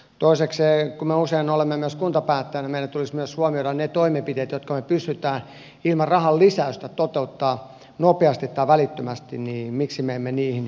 toisekseen kun me usein olemme myös kuntapäättäjinä ja meidän tulisi huomioida myös ne toimenpiteet jotka me pystymme ilman rahan lisäystä toteuttamaan nopeasti tai välittömästi niin miksi me emme niihin ryhtyisi